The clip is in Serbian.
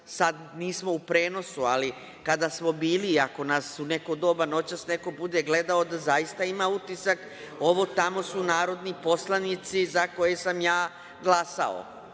sad nismo u prenosu, ali kad smo bili, i ako nas u neko doba noćas neko bude gledao da zaista ima utisak – ovo tamo su narodni poslanici za koje sam ja glasao,